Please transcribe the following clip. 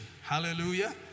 Hallelujah